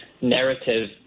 narrative